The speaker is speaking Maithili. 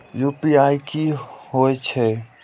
यू.पी.आई की हेछे?